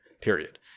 period